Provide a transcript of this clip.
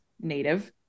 native